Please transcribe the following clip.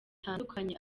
itandukanye